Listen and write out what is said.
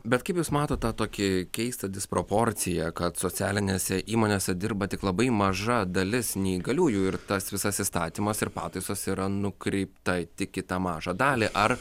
bet kaip jūs matot tą tokį keistą disproporciją kad socialinėse įmonėse dirba tik labai maža dalis neįgaliųjų ir tas visas įstatymas ir pataisos yra nukreipta tik į tą mažą dalį ar